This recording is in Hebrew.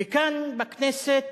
וכאן, בכנסת,